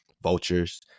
vultures